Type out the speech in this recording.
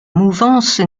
mouvance